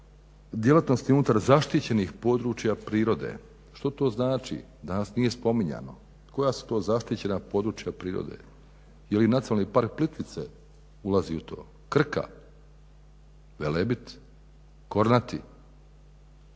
djelatnosti unutar zaštićenih područja prirode. Što to znači? Danas nije spominjano. Koja su to zaštićena područja prirode. Je li Nacionalni park Plitvice ulazi u to? Krka? Velebit? Kornati? Tu